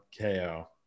KO